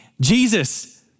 Jesus